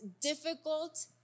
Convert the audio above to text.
difficult